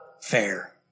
fair